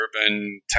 urban